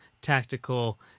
tactical